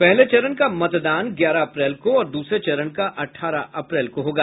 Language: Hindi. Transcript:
पहले चरण का मतदान ग्यारह अप्रैल को और दूसरे चरण का अठारह अप्रैल को होगा